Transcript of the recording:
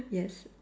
yes